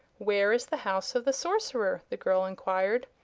where is the house of the sorcerer? the girl enquired.